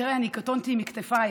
תראה, קטונתי מכתפיי.